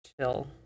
chill